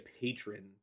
patron